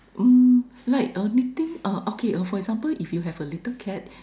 um like a knitting uh okay for example if you have a little cat